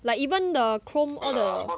like even the chrome all the